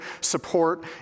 support